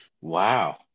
Wow